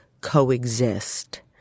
coexist